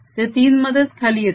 ते 3 मधेच खाली येते